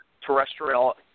terrestrial